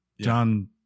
john